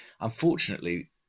unfortunately